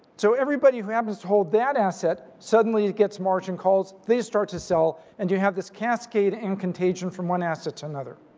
so everybody who happens to hold that asset suddenly gets margin calls, they start to sell and you have this cascade and contagion from one asset to another.